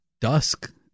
dusk